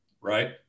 right